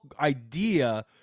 idea